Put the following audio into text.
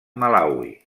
malawi